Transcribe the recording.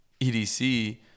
EDC